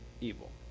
evil